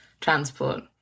transport